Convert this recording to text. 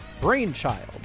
Brainchild